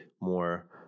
more